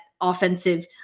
offensive